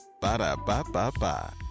Ba-da-ba-ba-ba